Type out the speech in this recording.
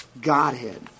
Godhead